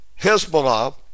Hezbollah